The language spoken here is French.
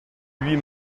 huit